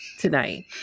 Tonight